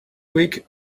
week